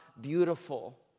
beautiful